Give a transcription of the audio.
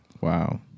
Wow